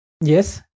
Yes